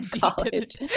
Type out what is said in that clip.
college